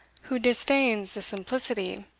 who disdains the simplicity,